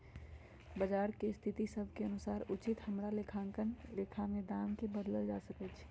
बजार के स्थिति सभ के अनुसार उचित हमरा लेखांकन में लेखा में दाम् के बदलल जा सकइ छै